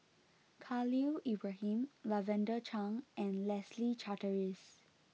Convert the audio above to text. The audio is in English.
Khalil Ibrahim Lavender Chang and Leslie Charteris